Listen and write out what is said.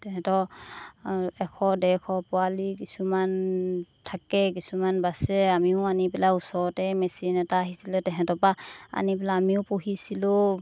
তাহাঁত এশ ডেৰশ পোৱালি কিছুমান থাকে কিছুমান বাচে আমিও আনি পেলাই ওচৰতে মেচিন এটা আহিছিলে তাহাঁতৰ পৰা আনি পেলাই আমিও পুহিছিলোঁ